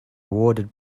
awarded